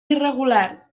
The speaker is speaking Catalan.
irregular